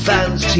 Fans